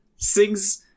Sings